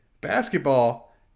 Basketball